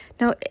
Now